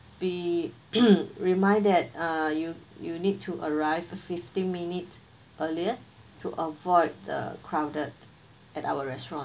be remind that uh you you need to arrive fifteen minutes earlier to avoid the crowded at our restaurant